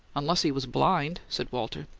unless he was blind! said walter.